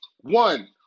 one